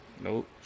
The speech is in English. Nope